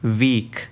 weak